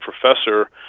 professor